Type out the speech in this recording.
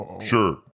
Sure